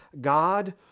God